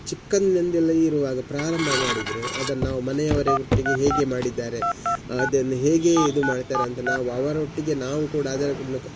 ಚಿಕ್ಕಂದಿನಿಂದೆಲ್ಲ ಇರುವಾಗ ಪ್ರಾರಂಭ ಮಾಡಿದರೆ ಅದನ್ನು ನಾವು ಮನೆಯವರ ಒಟ್ಟಿಗೆ ಹೇಗೆ ಮಾಡಿದ್ದಾರೆ ಅದನ್ನು ಹೇಗೆ ಇದು ಮಾಡ್ತಾರೆ ಅಂತ ನಾವು ಅವರೊಟ್ಟಿಗೆ ನಾವು ಕೂಡ ಅದರ ಮೂಲಕ